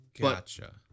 Gotcha